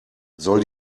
soll